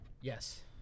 Yes